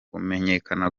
kumenyekana